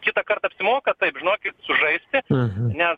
kitąkart apsimoka taip žinokit sužaisti nes